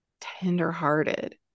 tenderhearted